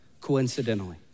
coincidentally